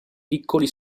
piccoli